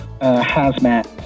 hazmat